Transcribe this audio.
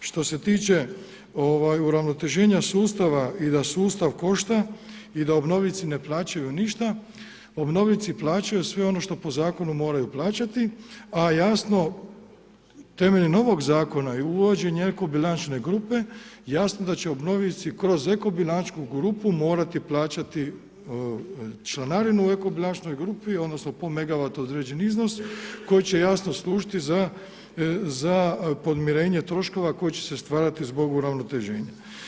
Što se tiče uravnoteženja sustava i da sustav košta i da obljovnivi ne plaćaju ništa, obnovljivi plaćaju sve on što po zakonu moraju plaćati a jasno temeljem novog zakona i uvođenje eko bilančne grupe jasno da će obnovljici kroz eko bilančnu grupu morati plaćati članarinu u eko bilančnoj grupi odnosno po megavatu određeni iznos koji će jasno služiti za podmirenje troškova koji će se stvarati zbog uravnoteženja.